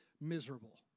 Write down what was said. miserable